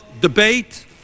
debate